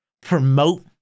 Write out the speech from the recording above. promote